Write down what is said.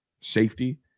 safety